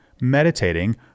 meditating